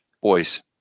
Boys